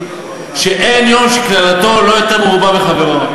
ואין יום שקללתו אינה מרובה מחברו.